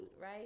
right